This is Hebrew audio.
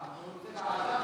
מה, הוא רוצה ועדה?